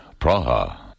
Praha